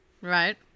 Right